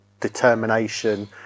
determination